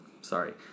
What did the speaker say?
sorry